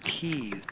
keys